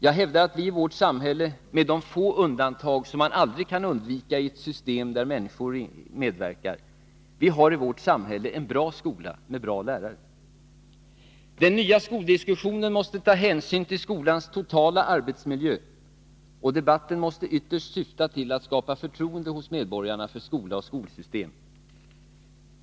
Jag hävdar att vi i vårt samhälle har — med de få undantag som man aldrig kan undvika i ett system där människor medverkar — en bra skola med bra lärare. Den nya skoldiskussionen måste ta hänsyn till skolans totala arbetsmiljö, och debatten måste ytterst syfta till att skapa förtroende hos medborgarna för skola och skolsystem.